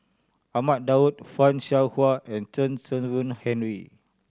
Ahmad Daud Fan Shao Hua and Chen Kezhan Henri